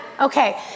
okay